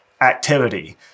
activity